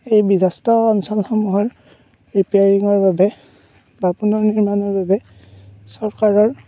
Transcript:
এই বিধস্ত অঞ্চলসমূহৰ ৰিপেয়াৰিঙৰ বাবে চৰকাৰৰ